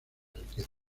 riqueza